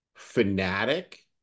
fanatic